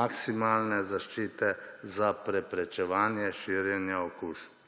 maksimalne zaščite za preprečevanje širjenja okužb.